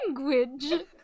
language